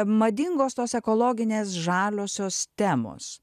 madingos tos ekologinės žaliosios temos